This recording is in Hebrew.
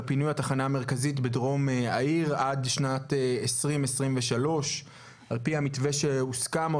פינוי התחנה המרכזית בדרום העיר עד שנת 2023. על פי המתווה שהוסכם,